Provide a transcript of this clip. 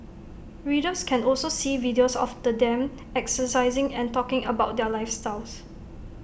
readers can also see videos of the them exercising and talking about their lifestyle